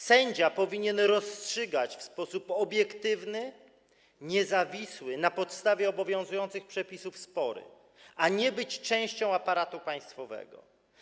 Sędzia powinien rozstrzygać spory w sposób obiektywny, niezawisły, na podstawie obowiązujących przepisów, a nie być częścią aparatu państwowego.